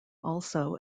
also